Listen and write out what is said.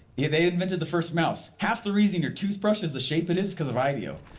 yeah they invented the first mouse. half the reason your toothbrush is the shape it is, cause of ideo.